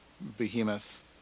behemoth